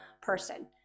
person